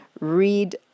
read